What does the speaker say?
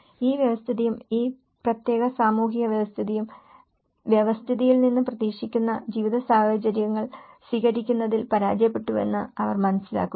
ഈ വ്യവസ്ഥിതിയും ഈ പ്രത്യേക സാമൂഹിക വ്യവസ്ഥിതിയും വ്യവസ്ഥിതിയിൽ നിന്ന് പ്രതീക്ഷിക്കുന്ന ജീവിത സാഹചര്യങ്ങൾ സ്വീകരിക്കുന്നതിൽ പരാജയപ്പെട്ടുവെന്ന് അവർ മനസ്സിലാക്കുന്നു